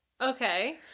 Okay